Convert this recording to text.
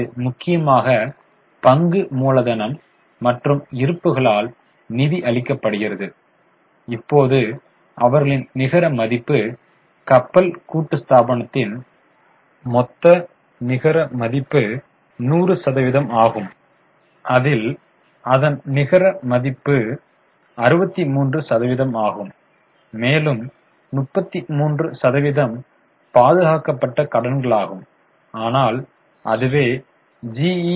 எனவே இது முக்கியமாக பங்கு மூலதனம் மற்றும் இருப்புக்களால் நிதி அளிக்கப்படுகிறது இப்போது அவர்களின் நிகர மதிப்பு கப்பல் கூட்டுத்தாபனத்தின் மொத்த நிகர மதிப்பு 100 சதவிகிதம் ஆகும் அதில் அதன் நிகர மதிப்பு 63 சதவீதம் ஆகும் மேலும் 33 சதவீதம் பாதுகாக்கப்பட்ட கடன்களாகும் ஆனால் அதுவே ஜி